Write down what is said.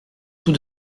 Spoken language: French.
tout